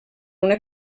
una